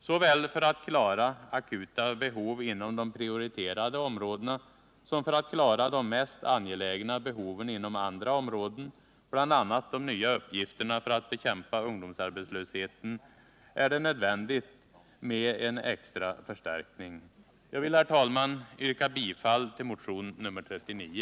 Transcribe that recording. Såväl för att klara akuta behov inom de prioriterade områdena som för att klara de mest angelägna behoven inom andra områden, bl.a. de nya uppgifterna för att bekämpa ungdomsarbetslösheten, är det nödvändigt med en extra förstärkning. Jag vill, herr talman, yrka bifall till motion nr 39.